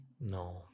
No